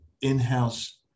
in-house